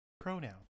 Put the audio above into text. pronoun